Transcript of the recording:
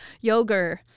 yogurt